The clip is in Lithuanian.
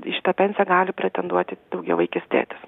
į šitą pensiją gali pretenduoti daugiavaikis tėtis